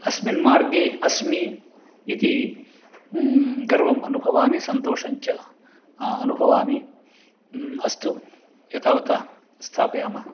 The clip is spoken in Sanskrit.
अस्मिन् मार्गे अस्मि इति गर्वम् अनुभवामि सन्तोषञ्च अनुभवामि अस्तु एतावत् स्थापयामः